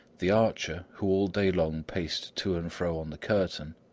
the archer who all day long paced to and fro on the curtain,